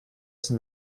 essen